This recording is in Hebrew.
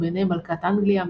וביניהם מלכת אנגליה,